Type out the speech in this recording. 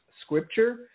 scripture